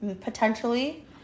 potentially